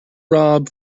rob